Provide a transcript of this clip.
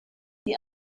die